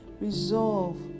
resolve